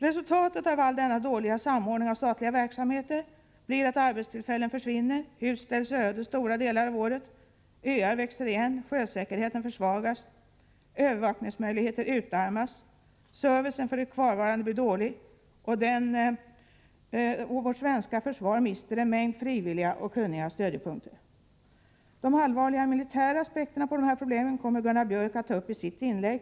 Resultatet av all denna dåliga samordning av statliga verksamheter blir att arbetstillfällen försvinner, hus ställs öde stora delar av året, öar växer igen, sjösäkerheten försvagas, övervakningsmöjligheter utarmas, servicen för de kvarvarande blir dålig, och vårt svenska försvar mister en mängd frivilliga och kunniga stödjepunkter. De allvarliga militära aspekterna på de här problemen kommer Gunnar Björk i Gävle att ta upp i sitt inlägg.